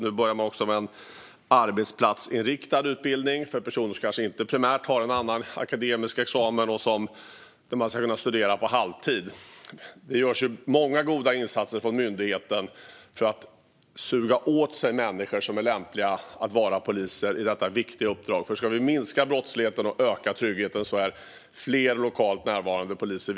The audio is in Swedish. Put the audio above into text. Nu börjar man också med en arbetsplatsinriktad utbildning för personer som kanske inte primärt har en annan akademisk examen. Där ska man kunna studera på halvtid. Det görs många goda insatser från myndigheten för att suga åt sig människor som är lämpliga att vara poliser och utföra detta viktiga uppdrag. Ska vi minska brottsligheten och öka tryggheten är det viktigt med fler lokalt närvarande poliser.